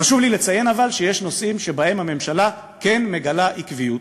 אבל חשוב לי לציין שיש נושאים שבהם הממשלה כן מגלה עקביות.